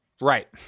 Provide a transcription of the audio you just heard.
right